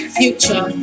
future